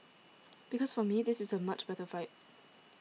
because for me this is a much better fight